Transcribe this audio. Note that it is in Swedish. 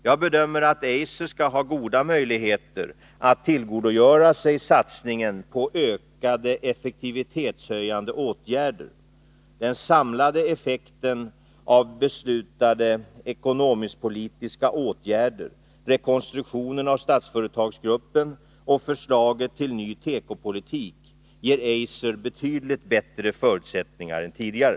Jag bedömer att Eiser skall ha goda möjligheter att tillgodogöra sig satsningen på ökade effektivi tetshöjande åtgärder. Den samlade effekten av beslutade ekonomisktpolitiska åtgärder, rekonstruktionen av Statsföretagsgruppen och förslaget till ny tekopolitik ger Eiser betydligt bättre förutsättningar än tidigare.